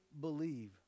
believe